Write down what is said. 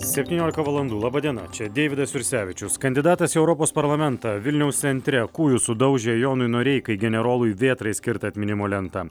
septyniolika valandų laba diena čia deividas jursevičius kandidatas į europos parlamentą vilniaus centre kūju sudaužė jonui noreikai generolui vėtrai skirtą atminimo lentą